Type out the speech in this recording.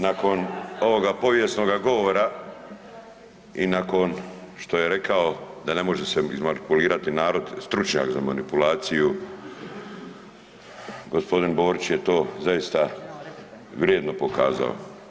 Nakon ovoga povijesnoga govora i nakon što je rekao da ne može se izmanipulirati narod, stručnjak za manipulaciju gospodin Borić je to zaista vrijedno pokazao.